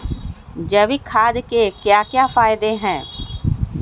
जैविक खाद के क्या क्या फायदे हैं?